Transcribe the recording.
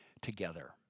together